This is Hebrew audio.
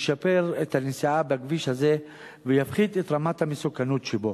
שישפר את תנאי הנסיעה בכביש הזה ויפחית את רמת המסוכנות שבו.